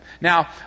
Now